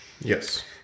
Yes